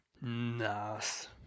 Nice